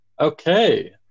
Okay